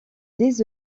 des